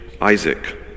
Isaac